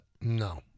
No